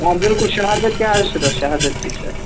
آ بالکُل شہادت تہِ آسہِ تہٕ پتہٕ شہادت تہِ چھِ اتھ